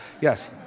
Yes